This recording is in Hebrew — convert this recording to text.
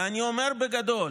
ואני אומר, בגדול: